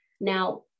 Now